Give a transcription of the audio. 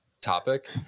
topic